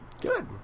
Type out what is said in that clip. Good